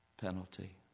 penalty